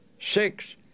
Six